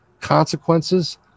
consequences